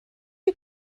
you